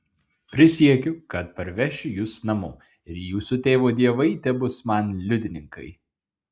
prisiekiu kad parvešiu jus namo ir jūsų tėvo dievai tebus man liudininkai